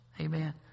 Amen